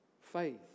faith